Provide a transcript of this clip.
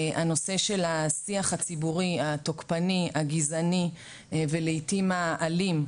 הנושא של השיח הציבורי התוקפני הגזעני ולעתים האלים,